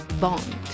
Bond